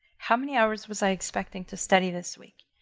how many hours was i expecting to study this week?